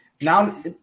now